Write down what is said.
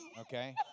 Okay